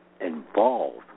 involved